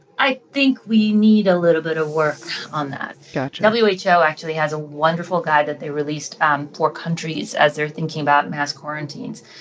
i think we need a little bit of work on that got you know you who so actually has a wonderful guide that they released um for countries as they're thinking about mass quarantines.